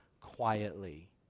quietly